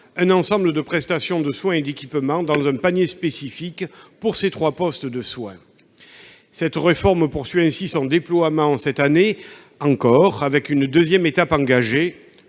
un ensemble de prestations de soins et d'équipements dans un panier spécifique pour ces trois postes de soins. Cette réforme poursuit ainsi son déploiement cette année encore avec l'engagement d'une